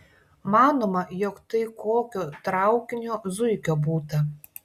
manoma jog tai kokio traukinio zuikio būta